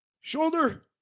shoulder